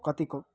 कतिको